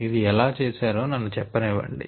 ఇది ఎలా చేశారో నన్ను చెప్పనివ్వండి